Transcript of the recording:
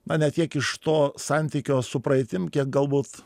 na ne tiek iš to santykio su praeitim kiek galbūt